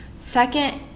Second